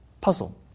puzzle